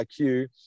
IQ